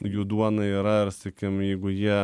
jų duona yra sakykim jeigu jie